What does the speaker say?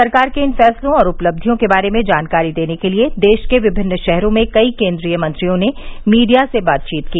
सरकार के इन फैसलों और उपलक्षियों के बारे में जानकारी देने के लिए देश के विभिन्न शहरों में कई केन्द्रीय मंत्रियों ने मीडिया से बातचीत की